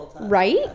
right